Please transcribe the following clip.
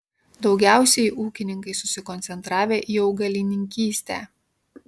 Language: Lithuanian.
daugiausiai ūkininkai susikoncentravę į augalininkystę